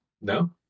no